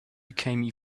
became